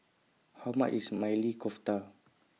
How much IS Maili Kofta